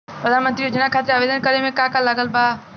प्रधानमंत्री योजना खातिर आवेदन करे मे का का लागत बा?